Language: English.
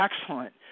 excellent